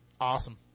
awesome